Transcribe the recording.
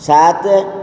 ସାତ